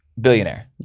billionaire